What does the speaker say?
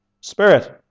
Spirit